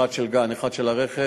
אחד של גן ואחד של הרכב.